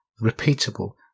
repeatable